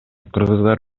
кыргыздар